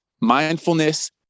mindfulness